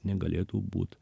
negalėtų būt